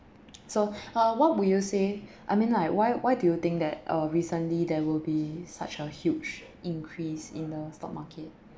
so uh what would you say I mean like why why do you think that uh recently there will be such a huge increase in the stock market